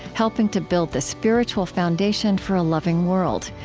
helping to build the spiritual foundation for a loving world.